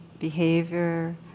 behavior